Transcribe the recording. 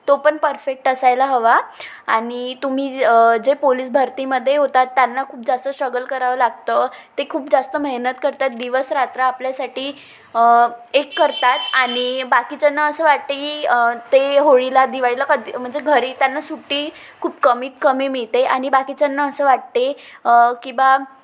तो पण परफेक्ट असायला हवा आणि तुम्ही जे पोलीस भरतीमध्ये होतात त्यांना खूप जास्त स्ट्रगल करावं लागतं ते खूप जास्त मेहनत करतात दिवस रात्र आपल्यासाठी एक करतात आणि बाकीच्यांना असं वाटते की ते होळीला दिवाळीला कधी म्हणजे घरी त्यांना सुट्टी खूप कमीत कमी मिळते आणि बाकीच्यांना असं वाटते की बा